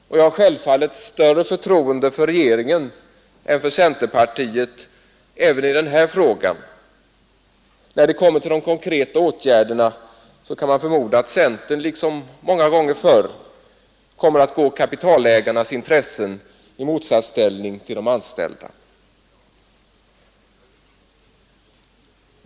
Jag har självfallet större förtroende för regeringen än för centerpartiet även i den här frågan. När det kommer till de konkreta åtgärderna kan man förmoda att centern, liksom så många gånger förr, kommer att arbeta för kapitalägarnas intressen och inte för de anställdas.